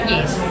Yes